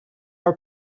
our